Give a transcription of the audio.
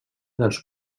dels